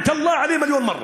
שנתן הוראה לרצוח.